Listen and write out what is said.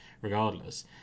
regardless